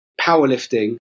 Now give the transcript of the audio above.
powerlifting